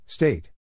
State